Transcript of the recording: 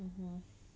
mmhmm